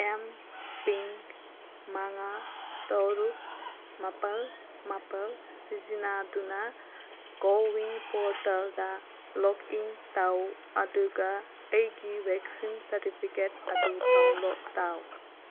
MPIN ꯃꯉꯥ ꯇꯣꯔꯨꯛ ꯃꯥꯄꯜ ꯃꯥꯄꯜ ꯁꯤꯖꯤꯅꯥꯗꯨꯅ ꯀꯣꯋꯤꯟ ꯄꯣꯔꯇꯦꯜꯗ ꯂꯣꯛꯏꯟ ꯇꯧ ꯑꯗꯨꯒ ꯑꯩꯒꯤ ꯚꯦꯛꯁꯤꯟ ꯁꯥꯔꯇꯤꯐꯤꯀꯦꯠ ꯑꯗꯨ ꯗꯥꯎꯟꯂꯣꯗ ꯇꯧ